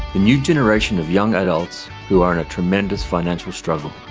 the new generation of young adults who are in a tremendous financial struggle.